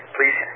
Please